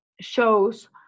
shows